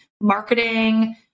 marketing